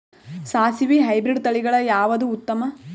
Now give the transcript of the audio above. ಸಾಸಿವಿ ಹೈಬ್ರಿಡ್ ತಳಿಗಳ ಯಾವದು ಉತ್ತಮ?